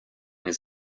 his